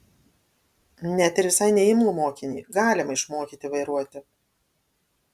net ir visai neimlų mokinį galima išmokyti vairuoti